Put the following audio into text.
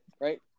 Right